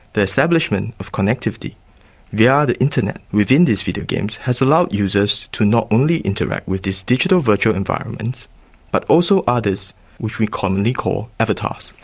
the establishment of connectivity via ah the internet within these videogames has allowed users to not only interact with this digital virtual environment but also others which we commonly call avatars.